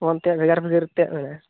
ᱚᱞᱛᱮᱫ ᱵᱷᱮᱜᱟᱨ ᱵᱷᱮᱜᱟᱨ ᱛᱮᱫ ᱢᱮᱱᱟᱜᱼᱟ